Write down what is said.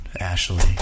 Ashley